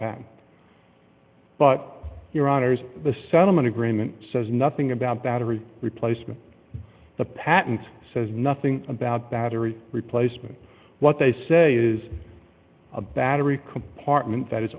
back but your honour's the settlement agreement says nothing about battery replacement and the patent says nothing about battery replacement what they say is a battery compartment that is